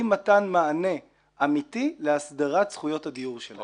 מתן מענה אמיתי להסדרת זכויות הדיור שלהם.